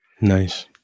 Nice